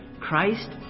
Christ